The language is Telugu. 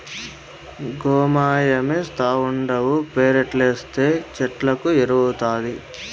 గోమయమేస్తావుండావు పెరట్లేస్తే చెట్లకు ఎరువౌతాది